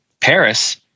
Paris